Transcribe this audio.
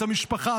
את המשפחה,